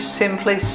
simply